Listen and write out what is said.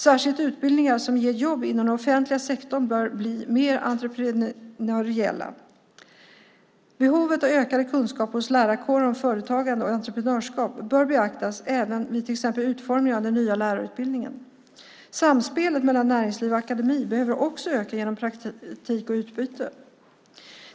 Särskilt utbildningar som ger jobb inom den offentliga sektorn bör bli mer entreprenöriella. Behovet av ökade kunskaper hos lärarkåren om företagande och entreprenörskap bör beaktas även vid till exempel utformningen av den nya lärarutbildningen. Samspelet mellan näringsliv och akademi behöver också öka genom praktik och utbyte.